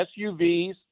SUVs